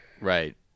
Right